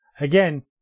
Again